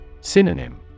Synonym